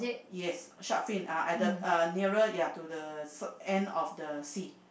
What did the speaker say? yes shark fin uh at the uh nearer ya to the end of the sea